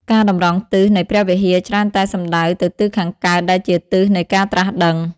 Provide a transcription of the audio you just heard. ការតម្រង់ទិស នៃព្រះវិហារច្រើនតែសំដៅទៅទិសខាងកើតដែលជាទិសនៃការត្រាស់ដឹង។